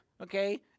okay